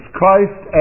Christ